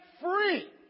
free